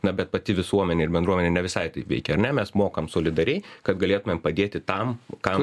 na bet pati visuomenė ir bendruomenė ne visai taip veikia ar ne mes mokam solidariai kad galėtumėm padėti tam kam